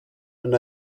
and